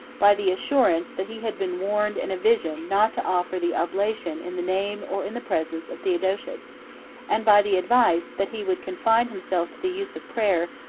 by the assurance, that he had been warned in a vision not to offer the oblation in the name, or in the presence, of theodosius and by the advice, that he would confine himself to the use of prayer,